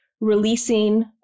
releasing